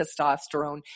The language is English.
testosterone